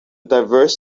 diverse